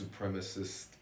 supremacist